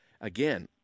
Again